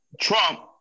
Trump